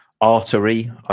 Artery